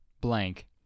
blank